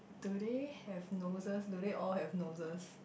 do they have noses do they all have noses